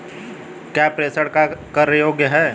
क्या प्रेषण कर योग्य हैं?